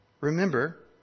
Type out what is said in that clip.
Remember